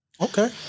Okay